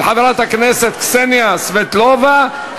של חברת הכנסת קסניה סבטלובה.